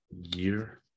year